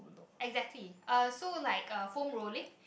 exactly uh so like uh foam rolling